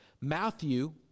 Matthew